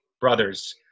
brothers